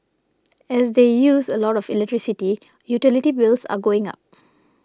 as they use a lot of electricity utility bills are going up